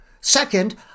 Second